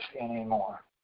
anymore